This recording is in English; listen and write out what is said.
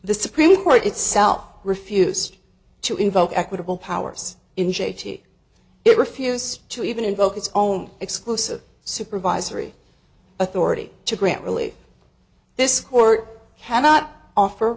the supreme court itself refused to invoke equitable powers in j t it refuses to even invoke its own exclusive supervisory authority to grant really this court cannot offer